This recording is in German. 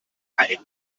ein